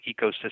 ecosystem